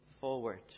forward